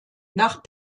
nach